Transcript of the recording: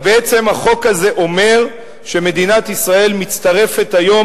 אבל בעצם החוק הזה אומר שמדינת ישראל מצטרפת היום